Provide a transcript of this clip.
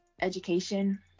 education